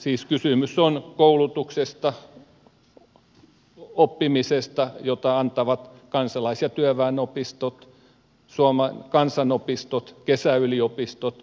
siis kysymys on koulutuksesta oppimisesta jota antavat kansalais ja työväenopistot kansanopistot kesäyliopistot opintokeskukset